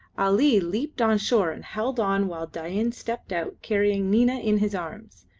ali leaped on shore and held on while dain stepped out carrying nina in his arms,